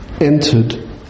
entered